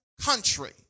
country